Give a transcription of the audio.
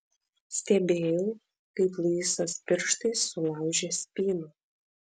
stebėjau kaip luisas pirštais sulaužė spyną